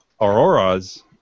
Auroras